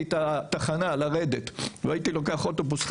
והזיכרון היא תדבר על מה קורה היום.